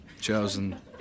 chosen